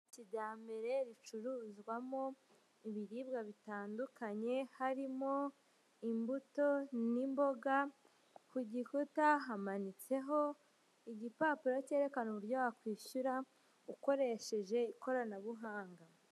Kijyambere ricuruzwamo ibiribwa bitandukanye harimo; imbuto n'imboga ku gikuta hamanitseho igipapuro cyerekana uburyo wakwishyura ukoresheje ikoranabuhanga.